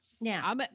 Now